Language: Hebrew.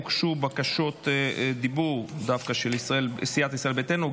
הוגשו בקשות דיבור דווקא של סיעת ישראל ביתנו.